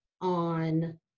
on